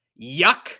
Yuck